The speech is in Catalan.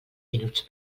minuts